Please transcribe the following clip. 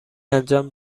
انجام